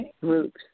groups